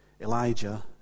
Elijah